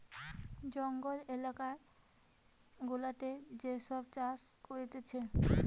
জঙ্গল এলাকা গুলাতে যে সব চাষ করতিছে